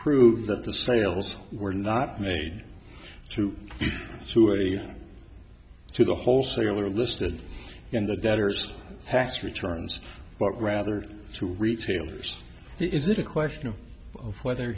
prove that the sales were not made to through a to the wholesaler listed in the debtors past returns but rather to retailers is it a question of whether